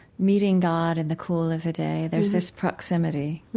meeting god in the cool of the day. there's this proximity,